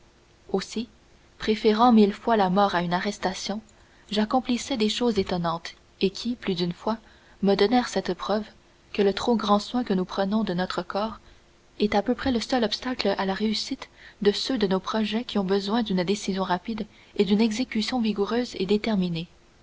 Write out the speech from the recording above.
aussi préférant mille fois la mort à une arrestation j'accomplissais des choses étonnantes et qui plus d'une fois me donnèrent cette preuve que le trop grand soin que nous prenons de notre corps est à peu près le seul obstacle à la réussite de ceux de nos projets qui ont besoin d'une décision rapide et d'une exécution vigoureuse et déterminée